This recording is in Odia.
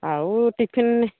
ଆଉ ଟିଫିନ୍